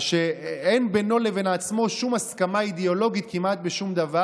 שאין בינו לבין עצמו שום הסכמה אידיאולוגית כמעט בשום דבר?